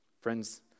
Friends